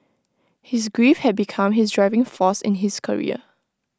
his grief had become his driving force in his career